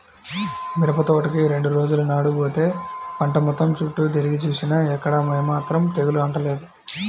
మిరపతోటకి రెండు రోజుల నాడు బోతే పంట మొత్తం చుట్టూ తిరిగి జూసినా ఎక్కడా ఏమాత్రం తెగులు అంటలేదు